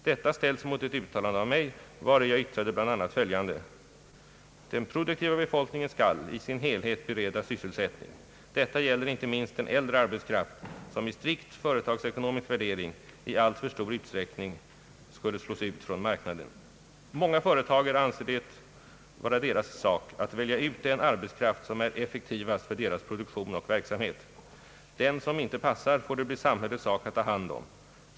Detta ställs emot ett uttalande av mig vari jag yttrade bl.a. följande: »Den produktiva befolkningen skall — i sin helhet — beredas sysselsättning. Detta gäller inte minst den äldre Ang. näringspolitiken arbetskraft som med strikt företagsekonomisk värdering i alltför stor utsträckning skulle slås ut från marknaden. Många företagare anser det är deras sak att välja ut den arbetskraft som är effektivast för deras produktion och verksamhet. Den som inte passar får det bli samhällets sak att ta hand om.